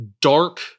dark